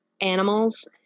animals